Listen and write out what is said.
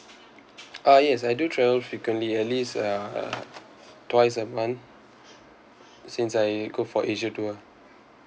ah yes I do travel frequently at least uh twice a month since I go for asia tour